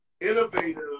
innovative